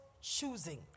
choosing